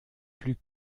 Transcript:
plus